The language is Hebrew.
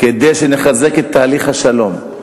כדי שנחזק את תהליך השלום.